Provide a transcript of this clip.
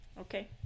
Okay